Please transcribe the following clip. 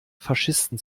faschisten